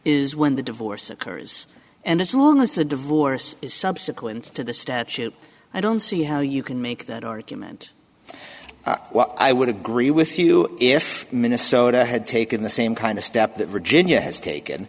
is when the divorce occurs and as long as the divorce is subsequent to the statute i don't see how you can make that argument i would agree with you if minnesota had taken the same kind of step that virginia has taken